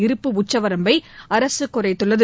இருப்பு உச்சவரம்பை அரசு குறைததுள்ளது